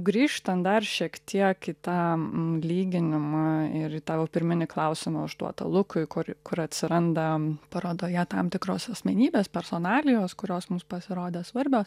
grįžtant dar šiek tiek į tą m lyginimą ir į tavo pirminį klausimą užduotą lukui kur kur atsiranda parodoje tam tikros asmenybės personalijos kurios mums pasirodė svarbios